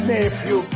nephew